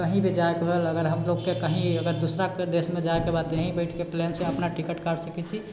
कही भी जाएके भेल अगर हम लोगके कही अगर दूसराके देशमे जाएके बा यही बैठके प्लेनसँ अपना टिकट काटि सकैत छी